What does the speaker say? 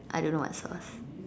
I don't know what sauce